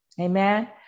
Amen